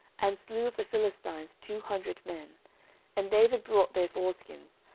and slew of the philistines two hundred men and david brought their foreskins,